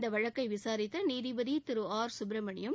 இந்த வழக்கை விசாரித்த நீதிபதி திரு ஆர் சுப்ரமணியம்